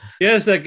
yes